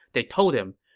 they told him,